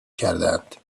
کردند